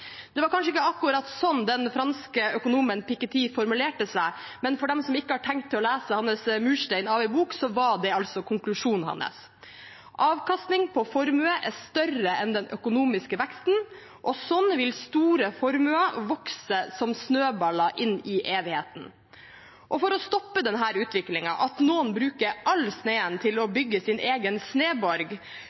Det var kanskje ikke akkurat sånn den franske økonomen Piketty formulerte seg, men for dem som ikke har tenkt å lese hans murstein av en bok, var det altså konklusjonen hans. Avkastning på formue er større enn den økonomiske veksten, og sånn vil store formuer vokse som snøballer inn i evigheten. For å stoppe denne utviklingen, at noen bruker all snøen til å bygge sin egen